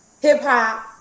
hip-hop